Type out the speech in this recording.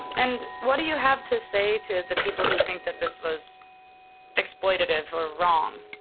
and what do you have to say to the people who think that this was exploitative or wrong?